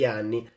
anni